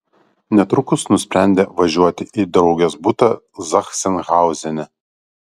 netrukus nusprendė važiuoti į draugės butą zachsenhauzene